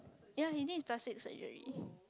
ya he did plastic surgery